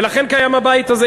ולכן קיים הבית הזה.